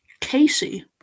Casey